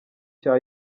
cya